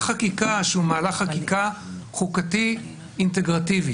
חקיקה שהוא מהלך חקיקה חוקתי אינטגרטיבי.